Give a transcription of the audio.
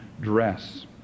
dress